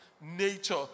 nature